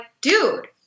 dude